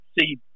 see